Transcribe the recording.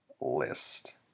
list